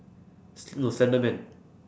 sl~ no slender man